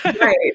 Right